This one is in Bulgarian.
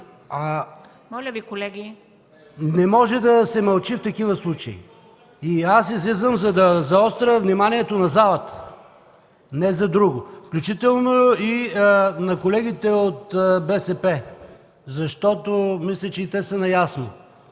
Моля Ви, колеги! ПАВЕЛ ШОПОВ: Не може да се мълчи в такива случаи. Аз излизам, за да заостря вниманието на залата, не за друго, включително и на колегите от БСП, защото мисля, че и те са наясно